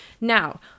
Now